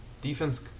defense